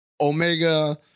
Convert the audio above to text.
omega